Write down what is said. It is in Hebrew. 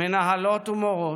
מנהלות ומורות,